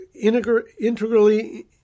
integrally